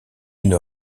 une